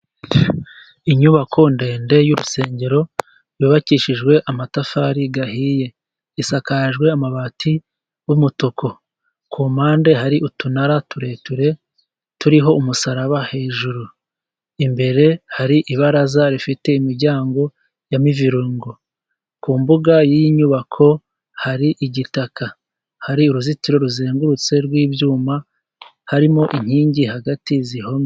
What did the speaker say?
Inyubako ndende y'urusengero yubakishijwe amatafari ahiye, isakajwe amabati y'umutuku, ku mpande hari utunara tureture turiho umusaraba hejuru, imbere hari ibaraza rifite imiryango ya muviringu, ku mbuga y'iyi nyubako hari igitaka, hari uruzitiro ruzengurutse rw'ibyuma harimo inkingi hagati zihomye.